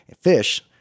fish